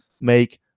make